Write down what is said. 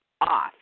off